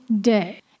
day